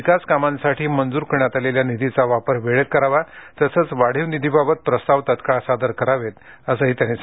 विकास कामांकरीता मंजूर करण्यात आलेल्या निधीचा वापर वेळेत करावा तसेच वाढीव निधीबाबत प्रस्ताव तात्काळ सादर करावेत असंही त्यांनी सांगितले